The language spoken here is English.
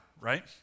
right